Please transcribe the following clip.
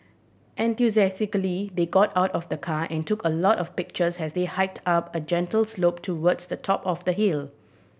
enthusiastically they got out of the car and took a lot of pictures as they hiked up a gentle slope towards the top of the hill